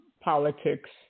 politics